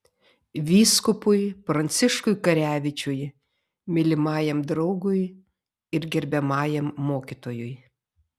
vyskupui pranciškui karevičiui mylimajam draugui ir gerbiamajam mokytojui